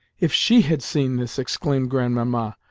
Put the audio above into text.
if she had seen this! exclaimed grandmamma,